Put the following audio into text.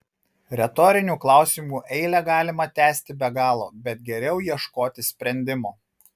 retorinių klausimų eilę galima tęsti be galo bet geriau ieškoti sprendimo